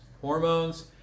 hormones